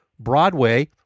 Broadway